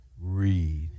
read